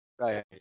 Right